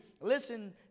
listen